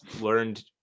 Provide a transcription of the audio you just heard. learned